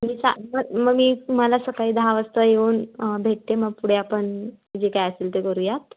मी सांग मग मी तुम्हाला सकाळी दहा वाजता येऊन भेटते मग पुढे आपण जे काय असेल ते करूयात